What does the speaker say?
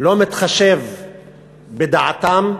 לא מתחשב בדעתם.